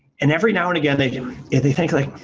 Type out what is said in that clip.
and every now and again they they think like,